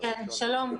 מגעים